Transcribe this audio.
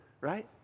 right